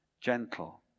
gentle